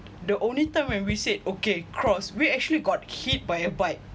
the only time when we said okay cross we actually got hit by a bike